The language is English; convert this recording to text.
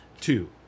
two